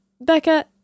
becca